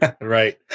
Right